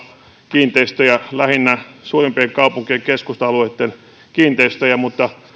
kiinteistöjä lähinnä suurimpien kaupunkien keskusta alueitten kiinteistöjä mutta